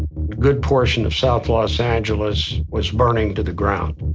good portion of south los angeles was burning to the ground.